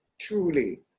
truly